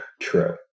True